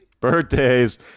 Birthdays